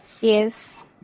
yes